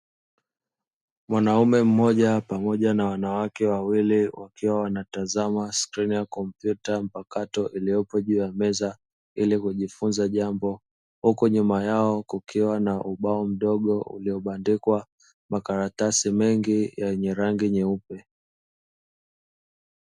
Mwanaume mmoja pamoja na wanawake wawili wakiwa wanatazama skrini ya kompyuta mpakato iliyopo juu ya meza ili kujifunza jambo, huku nyuma yao kukiwa na ubao mdogo uliobandikwa makaratasi mengi yenye rangi nyeupe.